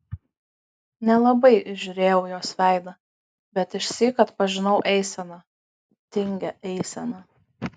nelabai įžiūrėjau jos veidą bet išsyk atpažinau eiseną tingią eiseną